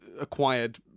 acquired